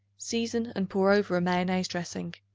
season and pour over a mayonnaise dressing.